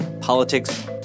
politics